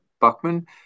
Buckman